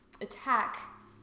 attack